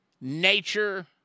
nature